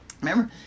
Remember